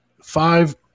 five